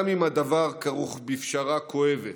גם אם הדבר כרוך בפשרה כואבת.